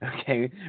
Okay